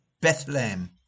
Bethlehem